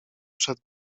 przed